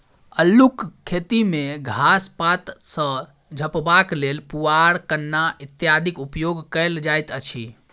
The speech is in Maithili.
अल्लूक खेती मे घास पात सॅ झपबाक लेल पुआर, कन्ना इत्यादिक उपयोग कयल जाइत अछि